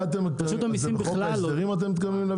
רשות המיסים בכלל לא.